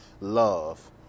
love